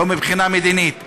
לא מבחינה מדינית,